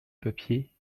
papier